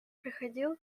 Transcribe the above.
приходил